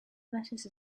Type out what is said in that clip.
lettuce